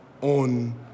on